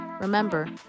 Remember